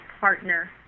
partner